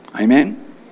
Amen